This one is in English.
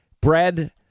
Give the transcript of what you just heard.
Bread